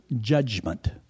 judgment